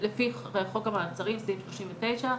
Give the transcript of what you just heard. לפי חוק המעצרים סעיף 39,